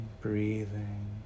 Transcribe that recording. breathing